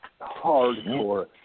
hardcore